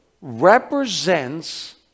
represents